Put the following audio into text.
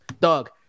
Doug